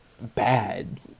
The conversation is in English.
bad